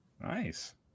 Nice